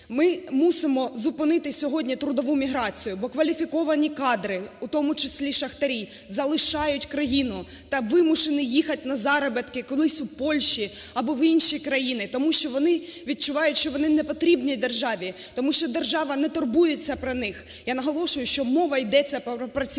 Ми мусимо зупинити сьогодні трудову міграцію, бо кваліфіковані кадри, у тому числі шахтарі, залишають країну та вимушені їхати на заробітки кудись у Польщу або в інші країни. Тому що вони відчувають, що вони не потрібні державі, тому що держава не турбується про них. Я наголошую, що мова йде про працівників